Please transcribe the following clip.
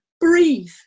breathe